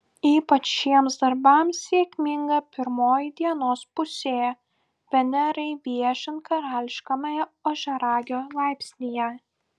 ypač šiems darbams sėkminga pirmoji dienos pusė venerai viešint karališkajame ožiaragio laipsnyje